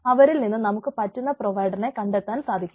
അവരിൽ നിന്ന് നമുക്ക് പറ്റുന്ന പ്രൊവൈഡറിനെ കണ്ടെത്താൻ സാധിക്കും